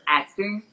acting